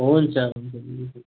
हुन्छ हुन्छ